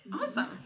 awesome